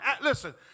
Listen